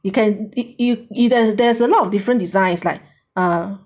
you can you can there's a lot of different designs like ah